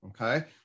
Okay